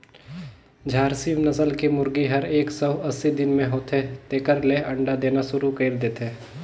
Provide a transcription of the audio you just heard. झारसिम नसल के मुरगी हर एक सौ अस्सी दिन के होथे तेकर ले अंडा देना सुरु कईर देथे